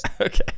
Okay